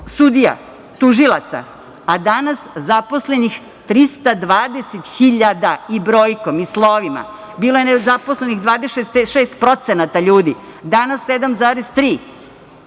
sudija, tužilaca, a danas zaposlenih 320 hiljada, i brojkom i slovima. Bilo je nezaposlenih 26% ljudi, danas 7,3%.